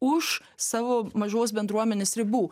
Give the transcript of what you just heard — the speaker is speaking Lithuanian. už savo mažos bendruomenės ribų